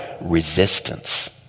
resistance